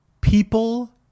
people